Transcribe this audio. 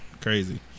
Crazy